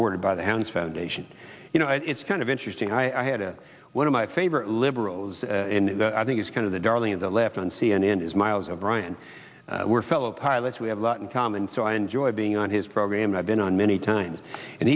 bordered by the hounds foundation you know it's kind of interesting i had a one of my favorite liberals and i think is kind of the darling of the left on see and is miles o'brien we're fellow pilots we have a lot in common so i enjoy being on his program i've been on many times and